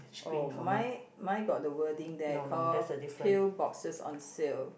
oh mine mine got the wording there call pill boxes on sale